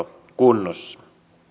kunnossa